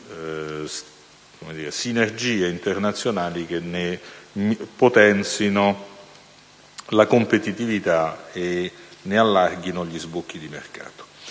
sinergie internazionali che ne potenzino la competitività e ne allarghino gli sbocchi di mercato.